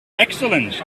excellent